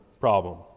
problem